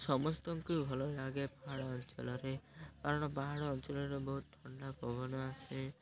ସମସ୍ତଙ୍କୁ ବି ଭଲ ଲାଗେ ପାହାଡ଼ ଅଞ୍ଚଲରେ କାରଣ ପାହାଡ଼ ଅଞ୍ଚଳରେ ବହୁତ ଥଣ୍ଡା ପବନ ଆସେ